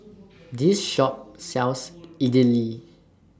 This Shop sells Idili